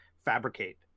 fabricate